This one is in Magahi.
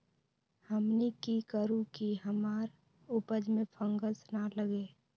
हमनी की करू की हमार उपज में फंगस ना लगे?